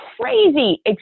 crazy